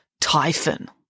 Typhon